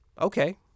Okay